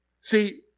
See